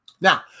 now